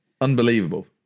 unbelievable